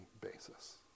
basis